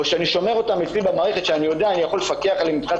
או שאני שומר אותם אצלי במערכת שאני יכול לפקח עליהם מבחינת